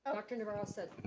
dr. navarro said